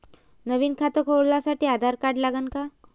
नवीन खात खोलासाठी आधार कार्ड लागन का?